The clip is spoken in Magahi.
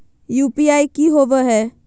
यू.पी.आई की होवे हय?